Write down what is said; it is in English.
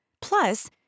Plus